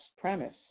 premise